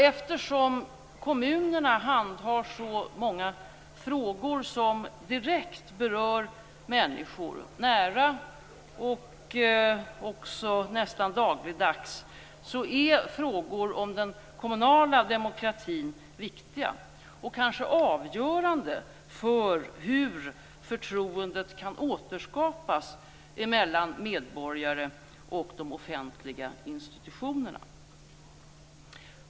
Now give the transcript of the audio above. Eftersom kommunerna handhar så många frågor som direkt berör människor, nära och nästan dagligdags, så är frågorna om den kommunala demokratin viktiga, och kanske avgörande, för hur förtroendet kan återskapas mellan medborgarna och de offentliga institutionerna.